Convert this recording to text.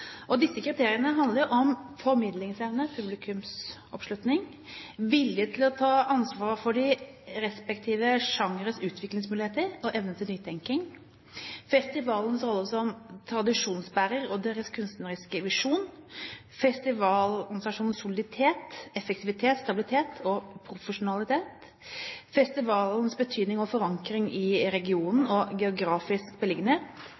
Disse kriteriene handler jo om formidlingsevne, publikumsoppslutning, vilje til å ta ansvar for de respektive sjangeres utviklingsmuligheter og evne til nytenking, festivalens rolle som tradisjonsbærer og deres kunstneriske visjon, festivalorganisasjonens soliditet, effektivitet, stabilitet og profesjonalitet, festivalens betydning og forankring i regionen, og geografisk beliggenhet,